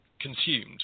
consumed